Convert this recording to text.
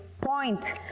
point